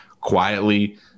quietly